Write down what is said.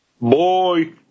Boy